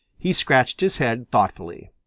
he scratched his head thoughtfully.